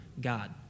God